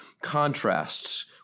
contrasts